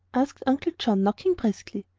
asked uncle john, knocking briskly.